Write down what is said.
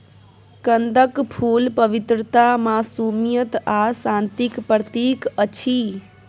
कंदक फुल पवित्रता, मासूमियत आ शांतिक प्रतीक अछि